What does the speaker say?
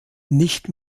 nicht